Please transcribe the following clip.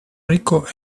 rico